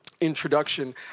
introduction